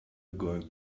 going